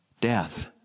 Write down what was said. death